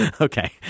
Okay